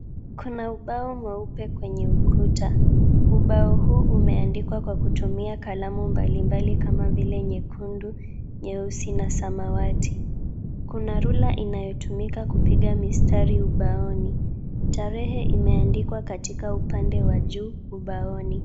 Kuna ubao mweupe kwenye ukuta. Ubao huu umeandikwa kwa kutumia kalamu mbalimbali kama vile nyekundu, nyeusi na samawati. Kuna rula inayotumika kupiga mistari ubaoni. Tarehe imeandikwa katika upande wa juu ubaoni.